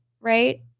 right